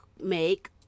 make